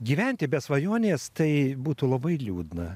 gyventi be svajonės tai būtų labai liūdna